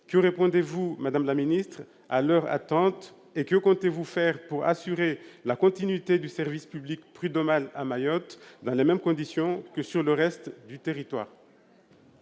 leurs attentes, madame la garde des sceaux, et que comptez-vous faire pour assurer la continuité du service public prud'homal à Mayotte dans les mêmes conditions que sur le reste du territoire ?